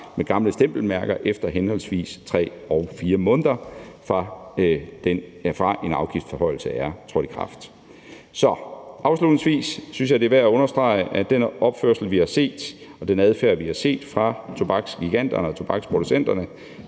med gamle stempelmærker, henholdsvis 3 og 4 måneder efter at en afgiftsforhøjelse er trådt i kraft. Afslutningsvis synes jeg det er værd at understrege, at den opførsel, vi har set, og den adfærd, vi har set fra tobaksgiganterne og tobaksproducenterne